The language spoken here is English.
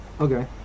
okay